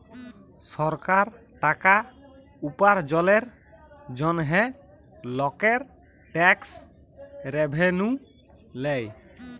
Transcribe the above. সরকার টাকা উপার্জলের জন্হে লকের ট্যাক্স রেভেন্যু লেয়